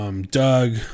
Doug